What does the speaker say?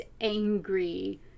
angry